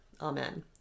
Amen